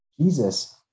Jesus